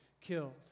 killed